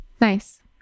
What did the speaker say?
Nice